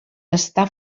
està